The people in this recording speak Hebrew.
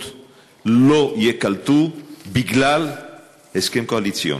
לא ייקלטו בגלל הסכם קואליציוני?